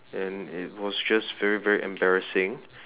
and it was just very very embarrassing